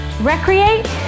recreate